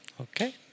Okay